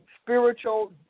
spiritual